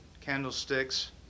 candlesticks